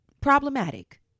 problematic